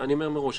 אני אומר מראש,